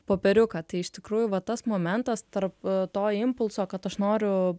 popieriuką tai iš tikrųjų va tas momentas tarp to impulso kad aš noriu